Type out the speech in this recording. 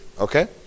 Okay